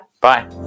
Bye